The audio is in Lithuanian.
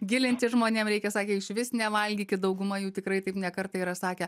gilintis žmonėm reikia sakė išvis nevalgykit dauguma jų tikrai taip ne kartą yra sakę